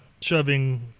shoving